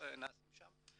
שנעשים שם.